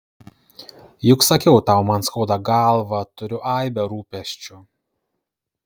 juk sakiau tau man skauda galvą turiu aibę rūpesčių